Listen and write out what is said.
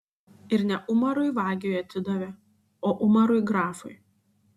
ir ne umarui vagiui atidavė o umarui grafui